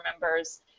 members